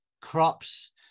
crops